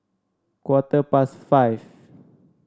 quarter past five